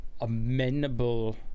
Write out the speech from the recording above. amenable